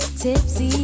tipsy